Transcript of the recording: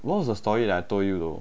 what was the story I told you though